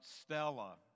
Stella